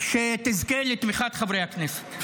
שתזכה לתמיכת חברי הכנסת.